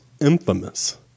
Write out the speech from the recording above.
infamous